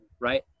Right